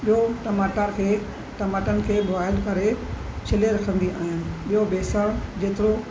ॿियो टमाटा खे टमाटन खे बॉइल करे छिले रखंदी आहियां ॿियो बेसण जेतिरो